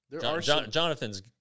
Jonathan's